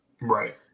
right